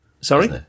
Sorry